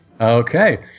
Okay